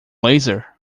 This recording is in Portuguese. laser